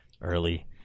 early